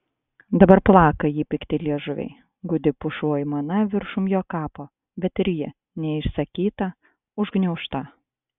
dabar plaka jį pikti liežuviai gūdi pušų aimana viršum jo kapo bet ir ji neišsakyta užgniaužta